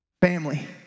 Family